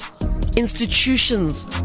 institutions